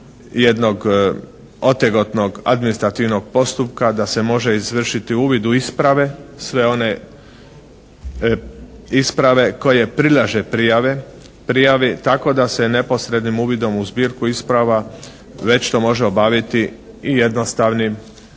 jednog otegotnog administrativnog postupka da se može izvršiti uvid u isprave, sve one isprave koje prilaže prijave, prijavi, tako da se neposrednim uvidom u zbirku isprava već to može obaviti i jednostavnim